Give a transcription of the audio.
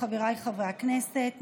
חבריי חברי הכנסת,